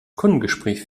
kundengespräch